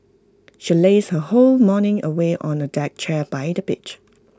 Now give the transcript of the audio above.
she lazed her whole morning away on A deck chair by the beach